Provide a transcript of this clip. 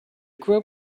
group